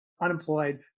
Unemployed